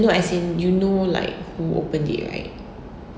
no as in you know like who opened it right